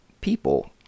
people